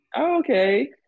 Okay